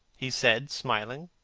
he said, smiling.